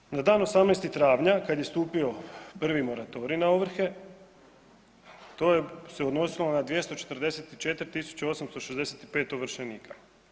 Naime, na dan 18. travnja kad je stupio prvi moratorij na ovrhe, to je se odnosilo na 244 865 ovršenika.